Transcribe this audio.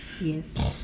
Yes